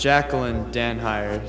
jacqueline dan hire